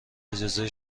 اجازه